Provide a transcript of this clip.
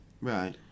Right